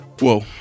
Whoa